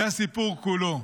זה הסיפור כולו.